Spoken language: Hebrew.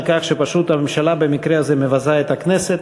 שפשוט הממשלה במקרה הזה מבזה את הכנסת.